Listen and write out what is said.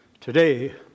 today